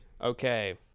Okay